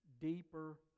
deeper